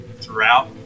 throughout